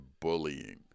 bullying